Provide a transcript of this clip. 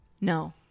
No